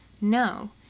No